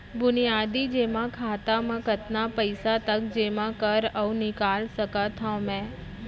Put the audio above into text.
बुनियादी जेमा खाता म कतना पइसा तक जेमा कर अऊ निकाल सकत हो मैं?